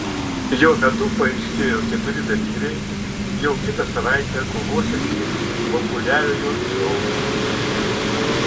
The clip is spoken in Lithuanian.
jo metu paaiškėjo keturi dalyviai jau kitą savaitę kovosiantys populiariojo šou pusfinalyje